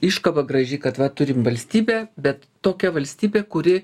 iškaba graži kad va turime valstybę bet tokia valstybė kuri